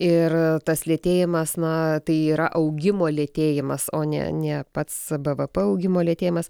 ir tas lėtėjimas na tai yra augimo lėtėjimas o ne ne pats bvp augimo lėtėjimas